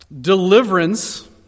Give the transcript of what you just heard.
deliverance